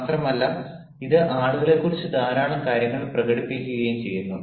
മാത്രമല്ല ഇത് ആളുകളെക്കുറിച്ച് ധാരാളം കാര്യങ്ങൾ പ്രകടിപ്പിക്കുകയും ചെയ്യുന്നു